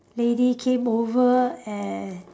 lady came over and